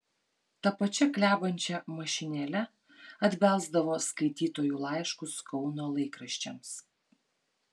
ta pačia klebančia mašinėle atbelsdavo skaitytojų laiškus kauno laikraščiams